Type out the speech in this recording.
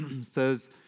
says